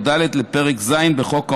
או ד' לפרק ז' בחוק העונשין,